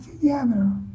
together